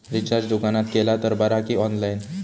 Recharge दुकानात केला तर बरा की ऑनलाइन?